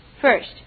First